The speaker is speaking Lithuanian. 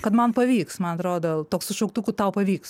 kad man pavyks man atrodo toks su šauktuku tau pavyks